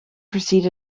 proceed